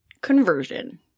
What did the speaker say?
conversion